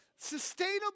sustainable